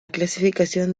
clasificación